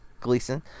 Gleason